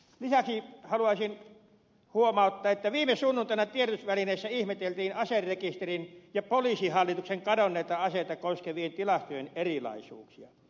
lisäksi haluaisin huomauttaa että viime sunnuntaina tiedotusvälineissä ihmeteltiin aserekisterin ja poliisihallituksen kadonneita aseita koskevien tilastojen erilaisuuksia